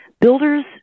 builders